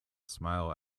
smile